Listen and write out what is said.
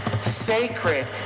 Sacred